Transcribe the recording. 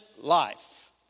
life